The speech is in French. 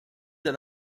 d’un